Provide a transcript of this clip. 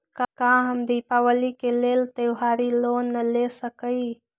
का हम दीपावली के लेल त्योहारी लोन ले सकई?